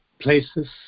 places